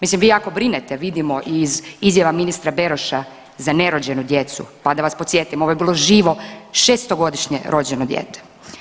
Mislim vi jako brinete, vidimo i iz izjava ministra Beroša za nerođenu djecu, pa da vas podsjetim, ovo je bilo živo 6-godišnje rođeno dijete.